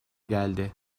geldi